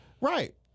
Right